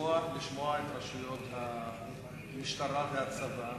לשמוע את רשויות המשטרה והצבא